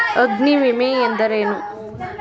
ಅಗ್ನಿವಿಮೆ ಎಂದರೇನು?